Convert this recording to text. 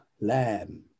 lamb